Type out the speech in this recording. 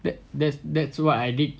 that that's that's what I did